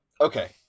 okay